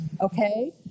okay